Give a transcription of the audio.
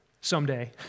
someday